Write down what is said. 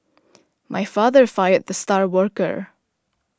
my father fired the star worker